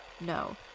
no